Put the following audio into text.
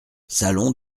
salon